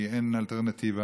כי אין אלטרנטיבה,